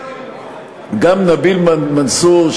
נביל מנסור,